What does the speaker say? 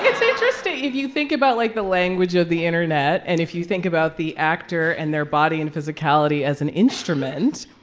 it's interesting if you think about, like, the language of the internet, and if you think about the actor and their body and physicality as an instrument,